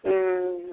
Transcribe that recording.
ह्म्म